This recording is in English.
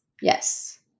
Yes